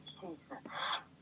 Jesus